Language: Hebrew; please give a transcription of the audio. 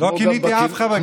לא כיניתי אף חבר כנסת בדבר הזה.